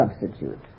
substitute